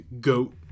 goat